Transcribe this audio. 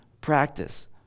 practice